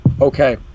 Okay